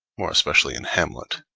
more especially in hamlet.